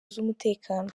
z’umutekano